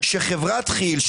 שלחברת כי"ל,